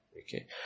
Okay